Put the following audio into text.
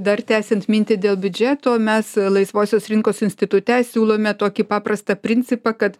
dar tęsiant mintį dėl biudžeto mes laisvosios rinkos institute siūlome tokį paprastą principą kad